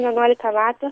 vienuolika metų